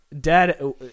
Dad